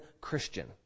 Christian